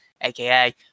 aka